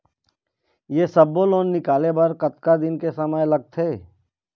ये सब्बो लोन निकाले बर कतका दिन के समय लगथे?